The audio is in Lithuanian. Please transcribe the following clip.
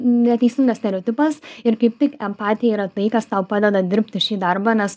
neteisingas stereotipas ir kaip tik empatija yra tai kas tau padeda dirbti šį darbą nes